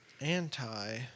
Anti